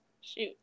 shoot